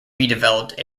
redeveloped